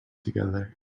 together